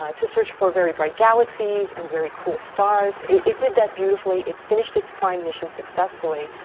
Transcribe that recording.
ah to search for very bright galaxies and very cool stars, it did that beautifully. it finished its prime mission successfully.